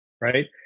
Right